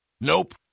Nope